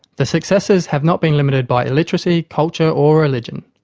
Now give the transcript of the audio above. the successes have not been limited by illiteracy, culture or religion.